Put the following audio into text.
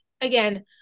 again